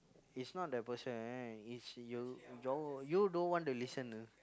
is not the person is you y~ you don't want to listen